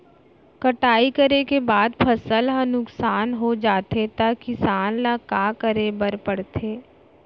कटाई करे के बाद फसल ह नुकसान हो जाथे त किसान ल का करे बर पढ़थे?